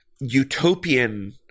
utopian